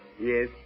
Yes